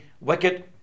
wicked